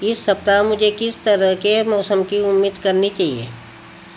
इस सप्ताह मुझे किस तरह के मौसम की उम्मीद करनी चाहिए